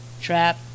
trap